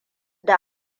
da